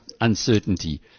uncertainty